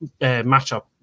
matchup